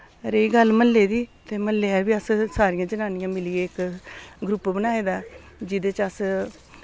रेही गल्ल म्हल्ले दी ते म्हल्ले दा बी अस सारियां जननियां मिलियै इक ग्रुप बनाए दा जेह्दे च अस